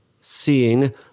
seeing